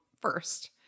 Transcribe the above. first